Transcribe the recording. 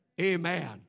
Amen